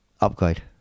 Upgrade